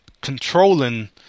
controlling